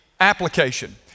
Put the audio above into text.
application